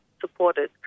supported